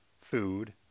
food